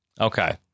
Okay